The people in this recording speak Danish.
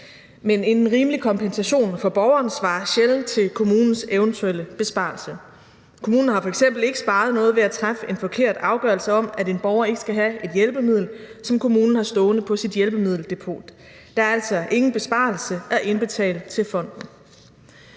Men en rimelig kompensation for borgeren svarer sjældent til kommunens eventuelle besparelse. Kommunen har f.eks. ikke sparet noget ved at træffe en forkert afgørelse om, at en borger ikke skal have et hjælpemiddel, som kommunen har stående på sit hjælpemiddeldepot. Der er altså ingen besparelse at indbetale til fonden.